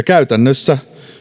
käytännössä